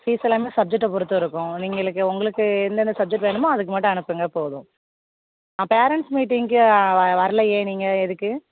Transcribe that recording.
fees எல்லாமே சப்ஜெக்ட்டை பொருத்து இருக்கும் நீங்களுக்கு உங்களுக்கு எந்தந்த சப்ஜெக்ட் வேணுமோ அதுக்கு மட்டும் அனுப்புங்க போதும் ஆ பேரன்ட்ஸ் மீட்டிங்கு வ வரலையே நீங்கள் எதுக்கு